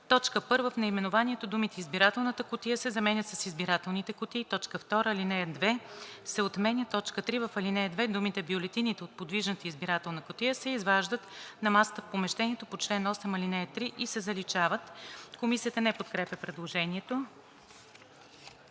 1. В наименованието думите „избирателната кутия“ се заменят с „избирателните кутии“. 2. Алинея 2 се отменя. 3. В ал. 2 думите „Бюлетините от подвижната избирателна кутия се изваждат на масата в помещението по чл. 8, ал. 3 и “се заличават.“ Комисията не подкрепя предложението.